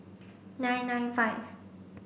nine nine five